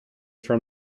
from